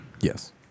Yes